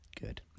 Good